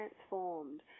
transformed